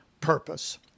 purpose